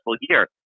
year